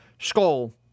Skull